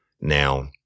Now